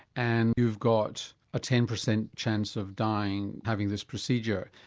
and you've got a ten percent chance of dying, having this procedure.